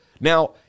Now